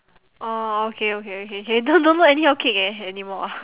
orh okay okay okay K don't don't look anyhow kick eh anymore